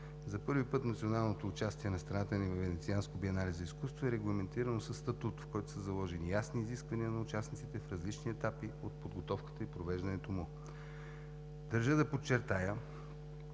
за първи път националното участие на страната ни във Венецианското биенале за изкуство е регламентирано със Статут, в който са заложени ясни изисквания на участниците в различни етапи от подготовката и провеждането му. Държа да подчертая,